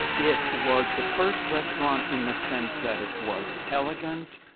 it was the first restaurant in the sense that it was elegant,